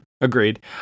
Agreed